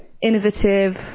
innovative